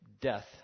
death